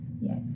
yes